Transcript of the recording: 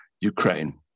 Ukraine